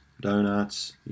donuts